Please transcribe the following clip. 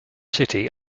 city